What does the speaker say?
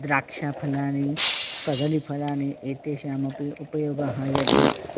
द्राक्षाफलानि कदलीफलानि एतेषामपि उपयोगः यदि